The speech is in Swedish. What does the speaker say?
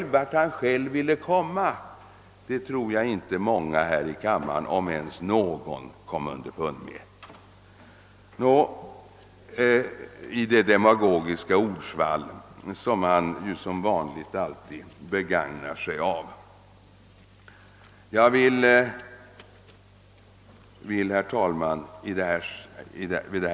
Vart herr Ahlmark ville komma med det demagogiska ordsvall som han alltid begagnar sig av tror jag inte många här i kammaren, om ens någon, kom underfund med.